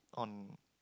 on